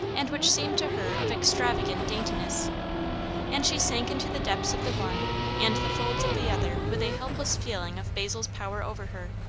and which seemed to her of extravagant daintiness and she sank into the depths of the one and the folds of the other with a helpless feeling of basil's power over her,